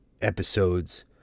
episodes